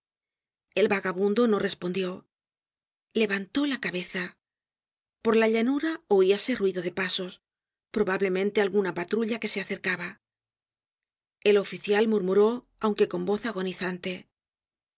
el vagabundo no respondió levantó la cabeza por la llanura oíase ruido de pasos probablemente alguna patrulla que se acercaba el oficial murmuró aunque con voz agonizante